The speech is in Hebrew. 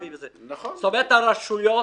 אבל הרשויות